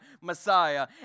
Messiah